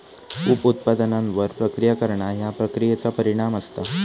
उप उत्पादनांवर प्रक्रिया करणा ह्या प्रक्रियेचा परिणाम असता